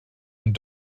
ond